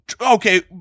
Okay